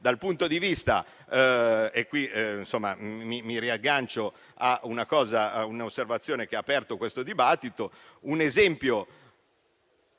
punto di vista - mi riaggancio a una osservazione che ha aperto questo dibattito - un esempio